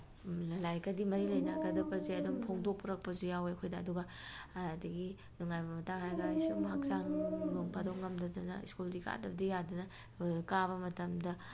ꯂꯥꯏꯔꯤꯛꯀꯗꯤ ꯃꯔꯤ ꯂꯩꯅꯒꯗꯕꯁꯦ ꯑꯗꯨꯝ ꯐꯣꯡꯗꯣꯔꯛꯄꯁꯨ ꯌꯥꯎꯋꯦ ꯑꯩꯈꯣꯏꯗ ꯑꯗꯨꯒ ꯑꯗꯒꯤ ꯅꯨꯡꯉꯥꯏꯕ ꯃꯇꯥꯡ ꯍꯥꯏꯔꯒ ꯁꯨꯝ ꯍꯛꯆꯥꯡ ꯅꯣꯡ ꯐꯥꯗꯣꯛ ꯉꯝꯗꯗꯅ ꯁ꯭ꯀꯨꯜꯗꯤ ꯀꯥꯗꯕꯗꯤ ꯌꯥꯗꯗꯅ ꯑꯗꯨꯗ ꯀꯥꯕ ꯃꯇꯝꯗ